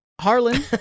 Harlan